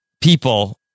people